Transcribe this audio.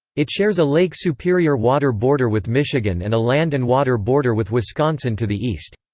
it shares a lake superior water border with michigan and a land and water border with wisconsin to the east.